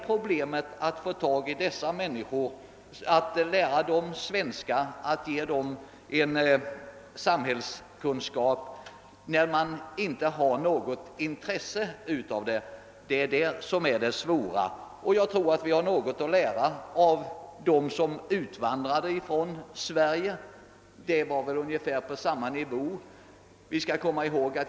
Problemet är att få tag på dessa människor, att lära dem svenska och att ge dem samhällskunskap, när de inte har något intresse av det. Vi har kanske något att lära av dem som utvandrade från Sverige en gång i tiden.